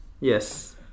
Yes